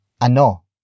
ANO